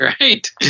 right